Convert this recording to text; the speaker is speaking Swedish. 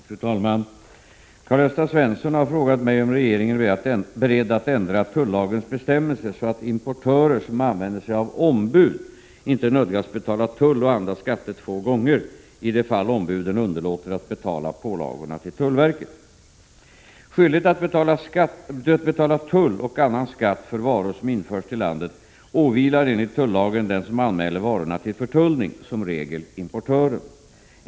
Fru talman! Karl-Gösta Svenson har frågat mig om regeringen är beredd att ändra tullagens bestämmelser så att importörer som använder sig av ombud inte nödgas betala tull och andra skatter två gånger, i de fall ombuden underlåter att betala pålagorna till tullverket. Skyldighet att betala tull och annan skatt för varor som införs till landet åvilar enligt tullagen den som anmäler varorna till förtullning, som regel importören.